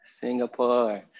Singapore